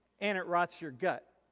and it rots your gut.